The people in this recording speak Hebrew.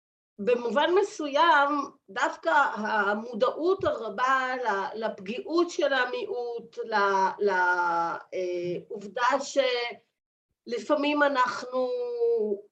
‫במובן מסוים, דווקא המודעות הרבה ‫לפגיעות של המיעוט, ‫לעובדה שלפעמים אנחנו...